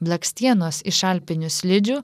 blakstienos iš alpinių slidžių